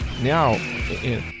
Now